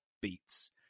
beats